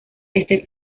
este